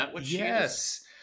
Yes